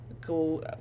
go